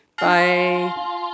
Bye